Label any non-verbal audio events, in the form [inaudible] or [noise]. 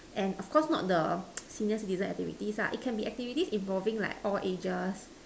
and of course not the [noise] senior citizen activities ah it can be activities involving like all ages